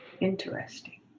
Interesting